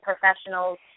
professionals